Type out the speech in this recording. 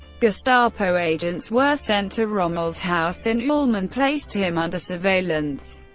gestapo agents were sent to rommel's house in ulm and placed him under surveillance.